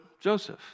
Joseph